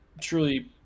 truly